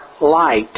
light